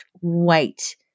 wait